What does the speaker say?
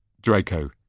Draco